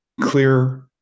clear